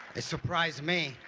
it surprised me.